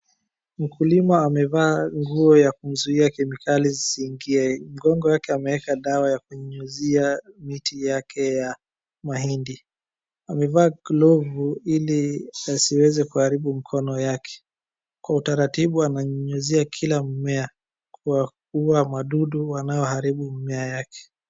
Mkulima amevaa nguo ya kumzuia kemikali zisiingie. Mgongo yake ameeka dawa ya kunyunyuzia miti yake ya mahindi. Amevaa glovu ili asiweze kuharibu mkono yake. Kwa utaratibu ananyunyuzia kila mimea kwa kuua madudu wanaoharibu mimea yake.